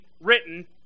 written